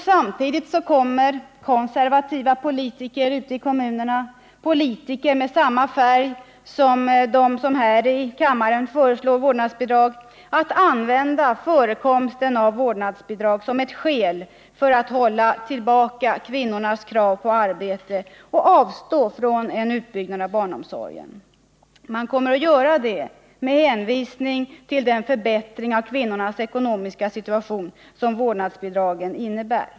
Samtidigt kommer konservativa politiker ute i kommunerna — politiker av samma färg som de som här i kammaren föreslår vårdnadsbidrag — att använda förekomsten av vårdnadsbidrag som ett skäl för att hålla tillbaka kvinnornas krav på arbete och för att avstå från en utbyggnad av barnomsorgen. Man kommer att göra det med hänvisning till den förbättring av kvinnornas ekonomiska situation som vårdnadsbidragen innebär.